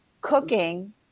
cooking